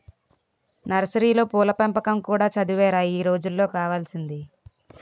నర్సరీలో పూల పెంపకం కూడా చదువేరా ఈ రోజుల్లో కావాల్సింది